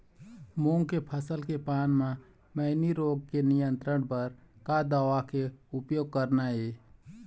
मूंग के फसल के पान म मैनी रोग के नियंत्रण बर का दवा के उपयोग करना ये?